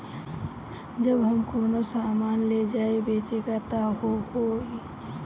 जब हम कौनो सामान ले जाई बेचे त का होही?